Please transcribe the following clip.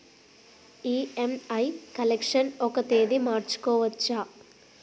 EMI collection ఒక తేదీ మార్చుకోవచ్చా?